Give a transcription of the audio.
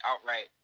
outright